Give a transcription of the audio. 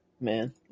man